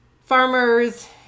farmers